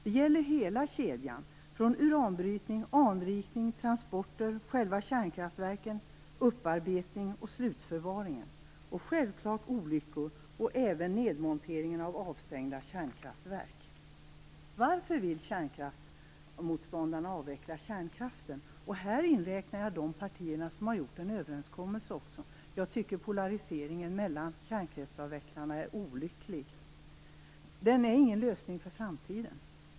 Det gäller hela kedjan - uranbrytning, anrikning, transporter, själva kärnkraftverken, upparbetning och slutförvaring. Självklart gäller det också olyckor, och även nedmontering av avstängda kärnkraftverk. Varför vill kärnkraftsmotståndarna avveckla kärnkraften? Här inräknar jag också de partier som har gjort en överenskommelse. Jag tycker att polariseringen mellan kärnkraftsavvecklarna är olycklig. Här är några svar. Den är ingen lösning för framtiden.